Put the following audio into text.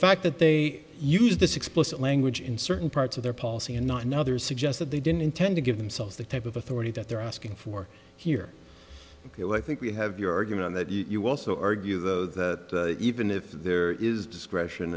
fact that they use this explicit language in certain parts of their policy and not another suggest that they didn't intend to give themselves the type of authority that they're asking for here ok well i think we have your argument in that you also argue though that even if there is discretion